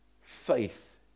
Faith